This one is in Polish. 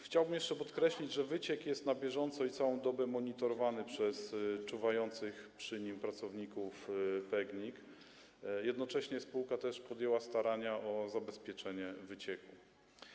Chciałbym jeszcze podkreślić, że wyciek jest na bieżąco i całą dobę monitorowany przez czuwających przy nim pracowników PGNiG, jednocześnie spółka podjęła starania o zabezpieczenie wycieku.